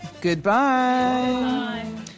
goodbye